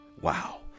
wow